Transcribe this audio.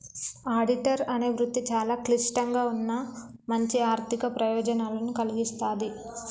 auditor అనే వృత్తి చాలా క్లిష్టంగా ఉన్నా మంచి ఆర్ధిక ప్రయోజనాలను కల్గిస్తాది